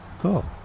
Cool